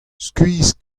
skuizh